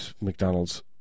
McDonald's